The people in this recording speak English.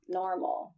normal